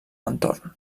entorn